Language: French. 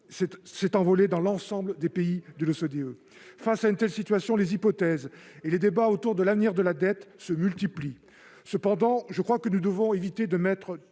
et de développement économiques (OCDE). Face à une telle situation, les hypothèses et les débats autour de l'avenir de la dette se multiplient. Cependant, je crois que nous devons éviter de mettre